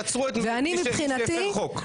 כן, אבל את מגנה שעצרו את מי שהפר חוק.